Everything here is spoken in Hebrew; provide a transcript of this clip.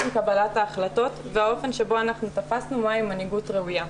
קבלת ההחלטות והאופן שבו אנחנו תפסנו מהי מנהיגות ראויה.